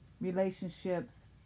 relationships